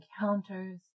encounters